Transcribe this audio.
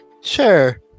Sure